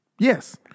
Yes